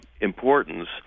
importance